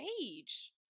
age